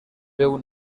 veu